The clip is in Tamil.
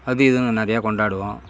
அது இதுனு நிறையா கொண்டாடுவோம்